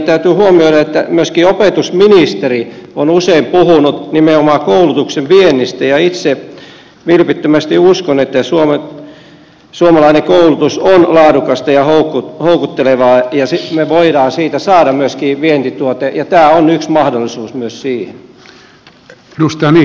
täytyy huomioida että myöskin opetusministeri on usein puhunut nimenomaan koulutuksen viennistä ja itse vilpittömästi uskon että suomalainen koulutus on laadukasta ja houkuttelevaa ja me voimme siitä saada myöskin vientituotteen ja tämä on yksi mahdollisuus myös siihen